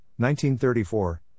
1934